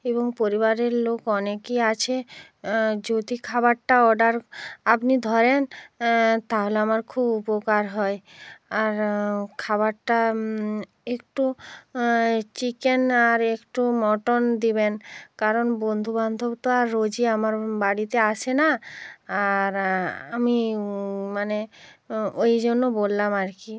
এবং পরিবারের লোক অনেকই আছে যদি খাবারটা অর্ডার আপনি ধরেন তাহলে আমার খুব উপকার হয় আর খাবারটা একটু চিকেন আর একটু মটন দিবেন কারণ বন্ধু বান্ধব তো আর রোজই আমার বাড়িতে আসে না আর আমি মানে ওই জন্য বললাম আর কি